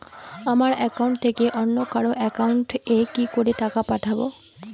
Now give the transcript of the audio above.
আমার একাউন্ট থেকে অন্য কারো একাউন্ট এ কি করে টাকা পাঠাবো?